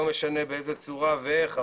לא משנה באיזו צורה ואיך,